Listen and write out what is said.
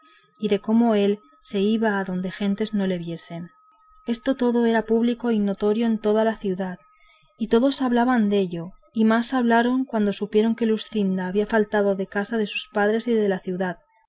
y de cómo él se iba adonde gentes no le viesen esto todo era público y notorio en toda la ciudad y todos hablaban dello y más hablaron cuando supieron que luscinda había faltado de casa de sus padres y de la ciudad